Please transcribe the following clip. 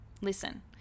Listen